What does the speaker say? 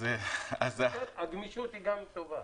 כן, הגמישות היא גם טובה.